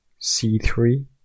c3